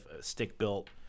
stick-built